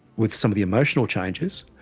with some of the emotional changes,